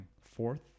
fourth